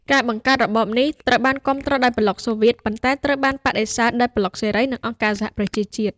ការបង្កើតរបបនេះត្រូវបានគាំទ្រដោយប្លុកសូវៀត ប៉ុន្តែត្រូវបានបដិសេធដោយប្លុកសេរី និងអង្គការសហប្រជាជាតិ។